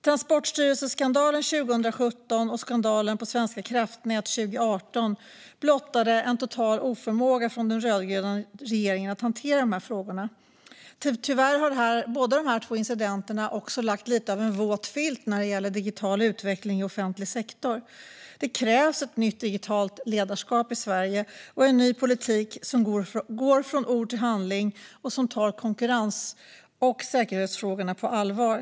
Transportstyrelseskandalen 2017 och skandalen på Svenska kraftnät 2018 blottade en total oförmåga hos den rödgröna regeringen att hantera dessa frågor. Tyvärr har dessa båda incidenter också lagt något av en våt filt över digital utveckling i offentlig sektor. Det krävs ett nytt digitalt ledarskap i Sverige och en ny politik som går från ord till handling och tar konkurrens och säkerhetsfrågorna på allvar.